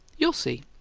you'll see!